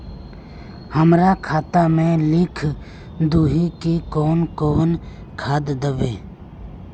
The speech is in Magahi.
हमरा खाता में लिख दहु की कौन कौन खाद दबे?